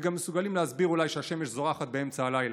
וגם מסוגלים אולי להסביר שהשמש זורחת באמצע הלילה.